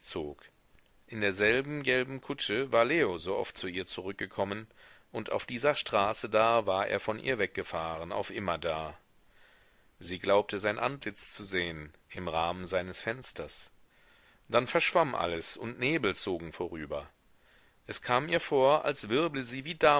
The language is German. in derselben gelben kutsche war leo so oft zu ihr zurückgekommen und auf dieser straße da war er von ihr weggefahren auf immerdar sie glaubte sein antlitz zu sehen im rahmen seines fensters dann verschwamm alles und nebel zogen vorüber es kam ihr vor als wirble sie wie